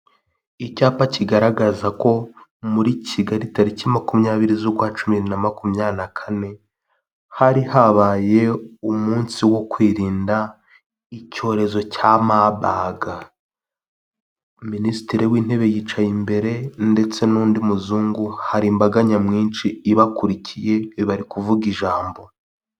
Icyapa kigaragaza ko muri Kigali tariki makumyabiri z'ukwa cumi na makumya na kane, hari habaye umunsi wo kwirinda icyorezo cya mabaga. Minisitiri w'intebe yicaye imbere ndetse n'undi muzungu hari imbaga nyamwinshi ibakurikiye bari kuvuga ijambo.